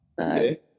Okay